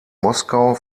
moskau